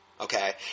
Okay